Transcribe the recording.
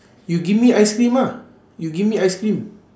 you give me ice cream ah you give me ice cream